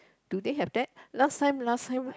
do they have that last time last time